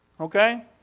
Okay